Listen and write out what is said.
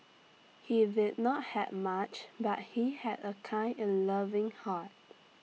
he did not have much but he had A kind and loving heart